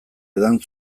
edan